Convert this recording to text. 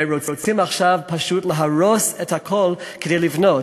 ורוצים עכשיו פשוט להרוס את הכול כדי לבנות.